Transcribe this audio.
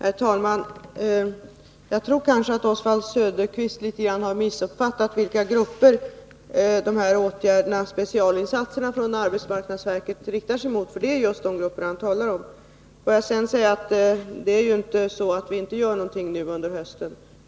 Herr talman! Jag tror att Oswald Söderqvist litet grand har missuppfattat vilka grupper specialinsatserna från arbetsmarknadsverket riktar sig till, för det är just dessa grupper han talar om. Låt mig sedan säga att det inte är så att vi inte gör någonting nu under hösten.